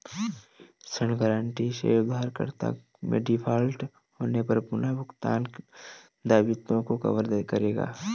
ऋण गारंटी से उधारकर्ता के डिफ़ॉल्ट होने पर पुनर्भुगतान दायित्वों को कवर करेगा